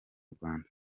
rwanda